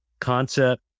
concept